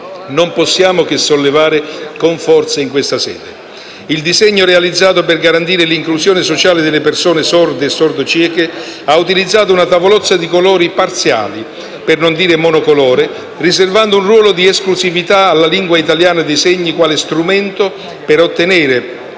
non possiamo che sollevare con forza in questa sede. Il disegno realizzato per garantire l'inclusione sociale delle persone sorde e sordocieche ha utilizzato una tavolozza di colori parziale, per non dire monocolore, riservando un ruolo di esclusività alla lingua italiana dei segni quale strumento per ottenere